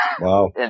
Wow